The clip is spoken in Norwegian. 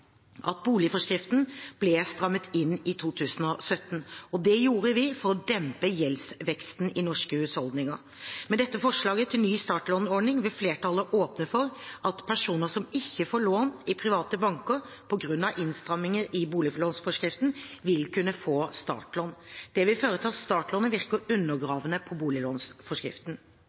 at boliglånsforskriften ble strammet inn i 2017. Det gjorde vi for å dempe gjeldsveksten i norske husholdninger. Med dette forslaget til ny startlånsordning vil flertallet åpne for at personer som ikke får lån i private banker på grunn av innstrammingen i boliglånsforskriften, vil kunne få startlån. Det vil føre til at startlånet virker undergravende på boliglånsforskriften.